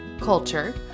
culture